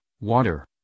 water